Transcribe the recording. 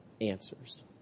answers